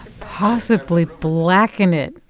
possibly blacken it,